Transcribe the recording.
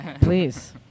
please